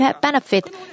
benefit